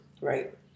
Right